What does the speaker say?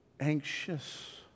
anxious